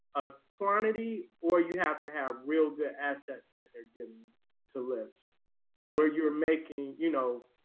a quantity or you have to have real good assets that they're giving to lists and where you're making, you know,